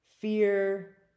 fear